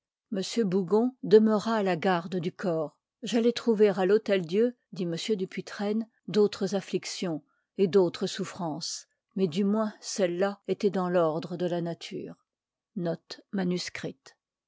bougon demeura a k gai du eoips j'allai trouver à l'hôtel-dieu dit m dupuy a iv il tren à autres amictions et d autres nuscnte souffrances mais du moins celles là ëtoient dans l'ordre de la nature